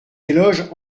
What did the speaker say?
éloge